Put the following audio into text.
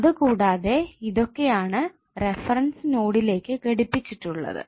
അത് കൂടാതെ ഇതൊക്കെയാണ് റഫറൻസ് നോഡിലേക്ക് ഘടിപ്പിച്ചിട്ടുള്ളത്